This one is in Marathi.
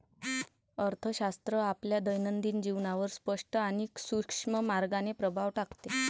अर्थशास्त्र आपल्या दैनंदिन जीवनावर स्पष्ट आणि सूक्ष्म मार्गाने प्रभाव टाकते